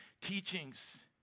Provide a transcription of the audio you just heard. teachings